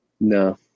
No